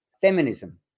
feminism